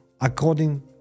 according